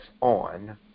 on